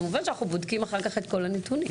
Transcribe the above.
כמובן, אנחנו בודקים אחר כך את כל הנתונים